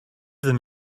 them